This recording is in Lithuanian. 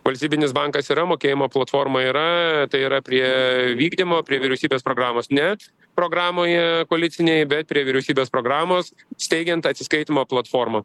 valstybinis bankas yra mokėjimo platforma yra tai yra prie vykdymo prie vyriausybės programos net programoje koalicinėj bet prie vyriausybės programos steigiant atsiskaitymo platformą